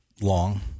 long